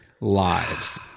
lives